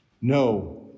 No